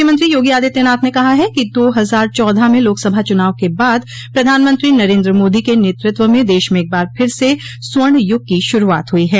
मुख्यमंत्री योगी आदित्यनाथ ने कहा है कि दो हजार चौदह में लोकसभा चुनाव के बाद प्रधानमंत्री नरेन्द्र मोदी के नेतृत्व में देश में एक बार फिर से स्वर्ण युग की शुरूआत हुई है